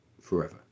Forever